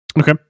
Okay